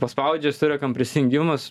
paspaudžia surenkam prisijungimus